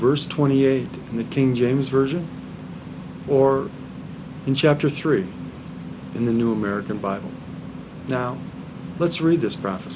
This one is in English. verse twenty eight in the king james version or in chapter three in the new american bible now let's read this pro